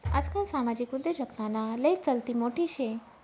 आजकाल सामाजिक उद्योजकताना लय चलती मोठी शे